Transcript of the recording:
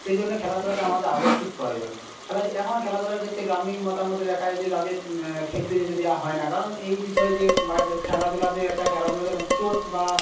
সেই জন্য খেলাধূলাটা আমাদের আবশ্যিক প্রয়োজন খেলাধূলা এখন খেলাধূলার ক্ষেত্রে গ্রামীণ মতামতে দেখা যায় যে যাদের খেলতে যেতে দেওয়া হয় না কারণ এই বিষয়ে যে খেলাধূলাতে একটা খেলাধূলাতে না চোট বা